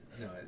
No